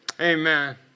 Amen